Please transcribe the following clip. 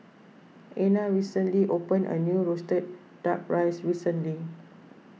Ena recently opened a new Roasted Duck Rice recently